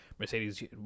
Mercedes